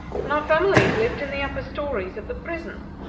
and families lived in the upper stories of the prison.